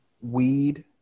weed